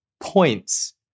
points